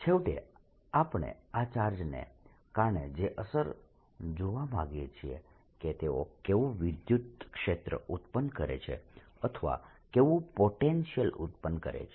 છેવટે આપણે આ ચાર્જને કારણે જે અસર જોવા માંગીએ છીએ કે તેઓ કેવું વિદ્યુતક્ષેત્ર ઉત્પન્ન કરે છે અથવા કેવું પોટેન્શિયલ ઉત્પન્ન કરે છે